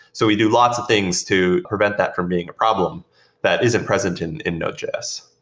so we do lots of things to prevent that from being a problem that isn't present in in node js.